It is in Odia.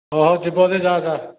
ହଉ ହଉ ଯିବ ଯଦି ଯା ଯା